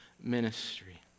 ministry